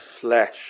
flesh